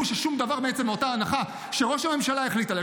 ששום דבר מעצם אותה הנחה שראש הממשלה החליט עליה,